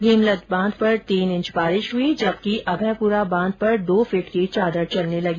भीमलत बांध पर तीन इंच हुई जबकि अभयपुरा बांध पर दो फीट की चादर चलने लगी